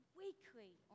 weekly